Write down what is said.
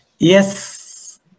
Yes